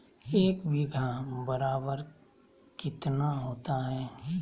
एक बीघा बराबर कितना होता है?